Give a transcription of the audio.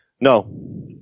No